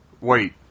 Wait